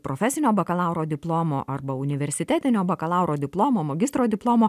profesinio bakalauro diplomo arba universitetinio bakalauro diplomo magistro diplomo